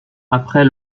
après